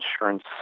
insurance